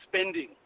spending